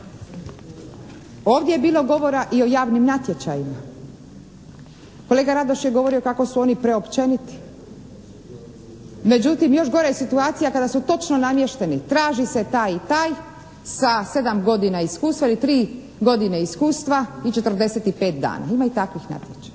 Ovdje je bilo govora i o javnim natječajima. Kolega Radoš je govorio kako su oni preopćeniti. Međutim još gora je situacija kada su točno namješteni. Traži se taj i taj sa 7 godina iskustva ili 3 godine iskustva i 45 dana. Ima i takvih natječaja.